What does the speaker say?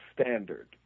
standard